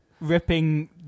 ripping